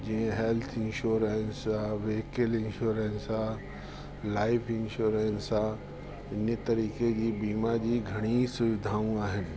जीअं health insurance आहे vehicle insurance आहे लाइफ इंशोरेंस आहे इने तरीक़े जी बीमारी घणी सुविधाऊं आहिनि